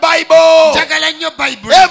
Bible